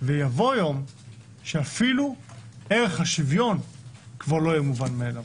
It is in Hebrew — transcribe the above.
ויבוא יום שאפילו ערך השוויון כבר לא יהיה מובן מאליו.